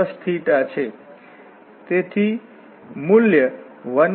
તો તે આપણો C અહીં છે તેથી ચાલો આપણે આ ઇન્ટીગ્રલ xdy ydx કરીએ